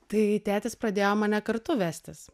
tai tėtis pradėjo mane kartu vestis